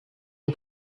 une